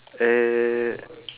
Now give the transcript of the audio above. eh